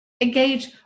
engage